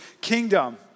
kingdom